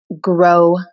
grow